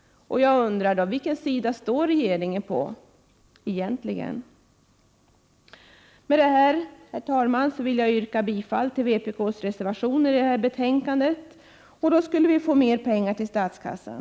Vilken sida står regeringen på, egentligen? Med det här, herr talman, vill jag yrka bifall till vpk:s samtliga reservationer vid detta betänkande. Då skulle vi få mer pengar till statskassan.